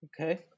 Okay